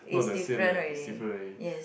not the same eh it's different already